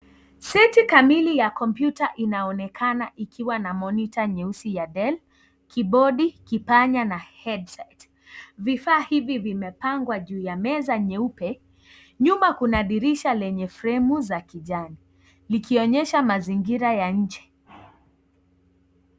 Siti kamili ya kompyuta inaonekana ikiwa na monitor nyeusi ya Dell pamoja, kibodi, kipanya na headset , vifaa hivi vimepangwa juu ya meza nyeupe, nyuma kuna dirisha lenye fremu za kijani likionyesha mazingira ya nje.